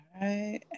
right